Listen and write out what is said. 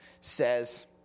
says